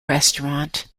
restaurant